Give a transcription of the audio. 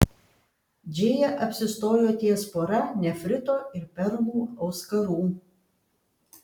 džėja apsistojo ties pora nefrito ir perlų auskarų